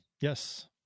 Yes